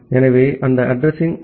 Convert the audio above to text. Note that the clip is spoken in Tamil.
எனவே அந்த அட்ரஸிங் ஐ